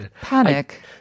Panic